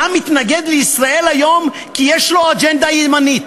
אתה מתנגד ל"ישראל היום" כי יש לו אג'נדה ימנית.